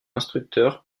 instructeur